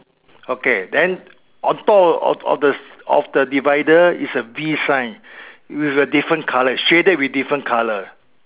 okay then on top of of of of the divider is a B sign with a different colour shaded with different colour